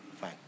fine